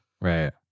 right